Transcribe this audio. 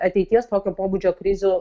ateities tokio pobūdžio krizių